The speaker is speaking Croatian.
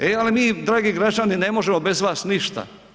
E, ali mi dragi građani ne možemo bez vas ništa.